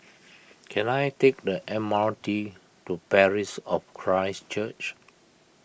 can I take the M R T to Parish of Christ Church